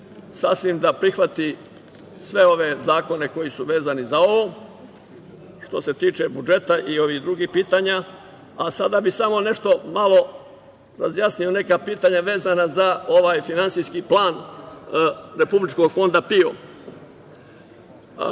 sasvim da prihvati sve ove zakone koji su vezani za ovo što se tiče budžeta i ovih drugih pitanja. Sada bih samo nešto malo razjasnio neka pitanja vezana za ovaj finansijski plan Republičkog fonda PIO.Taj